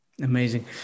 Amazing